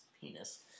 penis